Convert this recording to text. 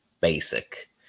basic